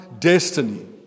destiny